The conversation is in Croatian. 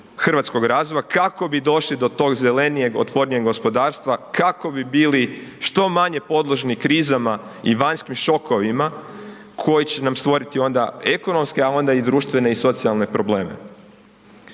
hrvatskog razvoja kako bi došli do tog zelenijeg, otpornijeg gospodarstva, kako bi bili što manje podložni krizama i vanjskim šokovima koji će nam stvoriti onda ekonomske a onda i društvene i socijalne probleme.